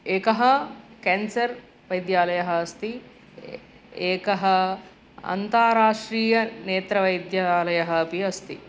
एकः केन्सर् वैद्यालयः अस्ति एकः अन्ताराष्ट्रीयनेत्रवैद्यालयः अपि अस्ति